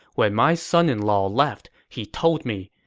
when my son-in-law left, he told me,